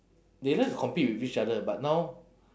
they like to compete with each other but now